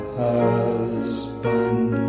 husband